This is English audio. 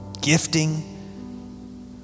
gifting